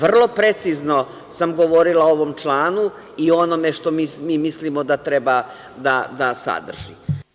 Vrlo precizno sam govorila o ovom članu i onome što mislim da treba da sadrži.